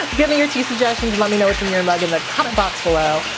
like gimme your tea suggestions and lemme know what's in your mug in the comment box below.